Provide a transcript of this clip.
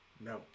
no